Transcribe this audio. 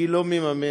היא לא מממנת